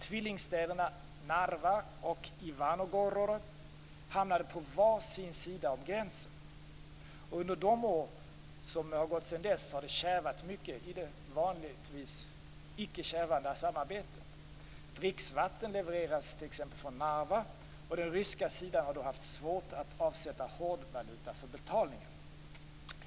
Tvillingstäderna Narva och Ivangorod hamnade på var sin sida om gränsen. Under de år som har gått sedan dess har det kärvat mycket i det vanligtvis ickekärvande samarbetet. Dricksvatten levereras t.ex. från Narva, och den ryska sidan har haft svårt att avsätta hårdvaluta för betalningen.